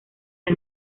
del